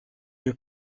lieu